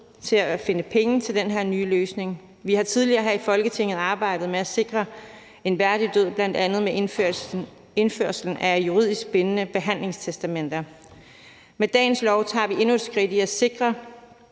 til at finde penge til den her nye løsning. Vi har tidligere her i Folketinget arbejdet med at sikre en værdig død, bl.a. med indførelsen af juridisk bindende behandlingstestamenter. Med dagens lovforslag tager vi endnu et skridt for at sikre